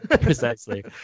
precisely